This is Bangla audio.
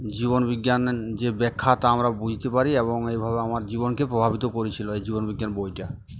জীবনবিজ্ঞানের যে ব্যাখ্যা তা আমরা বুঝতে পারি এবং এইভাবে আমার জীবনকে প্রভাবিত করেছিল এই জীবনবিজ্ঞান বইটা